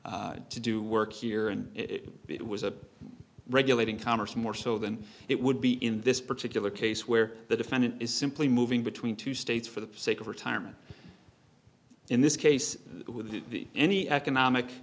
to do work here and it was a regulating commerce more so than it would be in this particular case where the defendant is simply moving between two states for the sake of retirement in this case with any economic